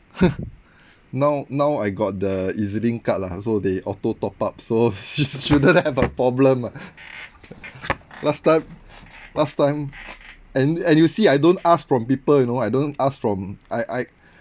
now now I got the ezlink card lah so they auto top-up so sh~ shouldn't have a problem lah last time last time and and you see I don't ask from people you know I don't ask from I I